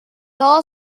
all